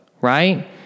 right